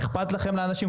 אכפת להם מאנשים.